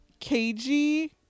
KG